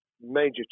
major